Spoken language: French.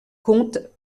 compte